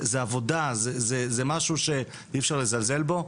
זו עבודה, זה משהו שאי אפשר לזלזל בו.